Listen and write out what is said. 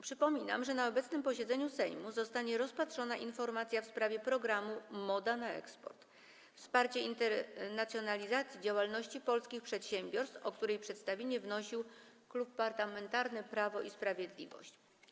Przypominam, że na obecnym posiedzeniu Sejmu zostanie rozpatrzona informacja w sprawie programu „Moda na eksport” - wsparcie internacjonalizacji działalności polskich przedsiębiorstw, o której przedstawienie wnosił Klub Parlamentarny Prawo i Sprawiedliwość.